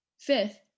Fifth